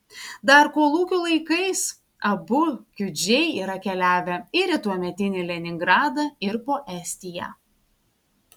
dar kolūkių laikais abu kiudžiai yra keliavę ir į tuometį leningradą ir po estiją